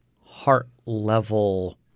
heart-level